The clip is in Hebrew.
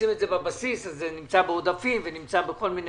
ואתם פעמים רבות לא מכניסים את זה בבסיס אז זה נמצא בעודפים ובכל מיני